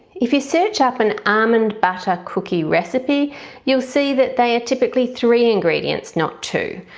if you search up an almond butter cookie recipe you'll see that they are typically three ingredients not two.